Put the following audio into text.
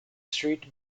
street